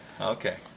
Okay